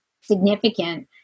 significant